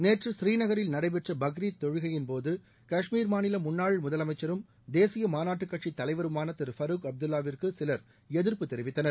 நேற்று ஸ்ரீநகரில் நடைபெற்ற பக்ரீத் தொழுகையின்போது கஷ்மீர் மாநில முன்னாள் முதலமைச்சரும் தேசிய மாநாட்டு கட்சித் தலைவருமான திரு பருக் அப்துல்வாவிற்கு சிலா எதிர்ப்பு தெரிவித்தனர்